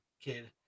kid